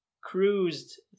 cruised